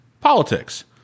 politics